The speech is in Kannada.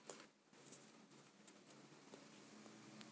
ಉತ್ಪಾದನೆ ಹೆಚ್ಚಿಸಲು ಯಾವ ಗೊಬ್ಬರ ಬಳಸಬೇಕು?